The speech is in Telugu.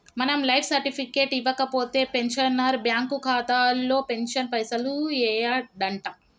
మనం లైఫ్ సర్టిఫికెట్ ఇవ్వకపోతే పెన్షనర్ బ్యాంకు ఖాతాలో పెన్షన్ పైసలు యెయ్యడంట